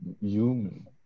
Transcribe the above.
human